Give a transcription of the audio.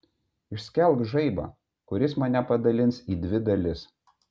išskelk žaibą kuris mane padalins į dvi dalis